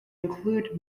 include